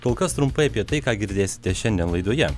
kol kas trumpai apie tai ką girdėsite šiandien laidoje